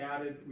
added